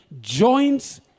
Joints